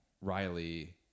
Riley